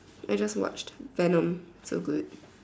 I just watched Venom so good